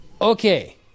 Okay